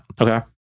Okay